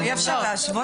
אי אפשר להשוות.